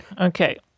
Okay